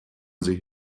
sich